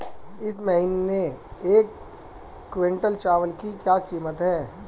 इस महीने एक क्विंटल चावल की क्या कीमत है?